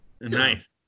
Nice